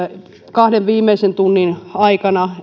kahden viimeisen tunnin aikana